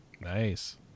Nice